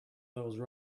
those